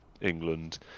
england